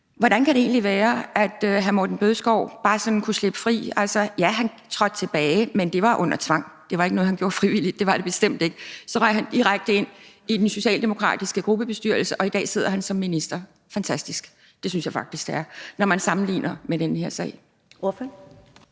Hvordan kan det egentlig være, at hr. Morten Bødskov bare sådan kunne slippe fri? Ja, han trådte tilbage, men det var under tvang. Det var ikke noget, han gjorde frivilligt; det var det bestemt ikke. Så røg han direkte ind i den socialdemokratiske gruppebestyrelse, og i dag sidder han som minister. Fantastisk! Det synes jeg faktisk det er, når man sammenligner det med den her sag. Kl.